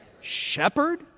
shepherd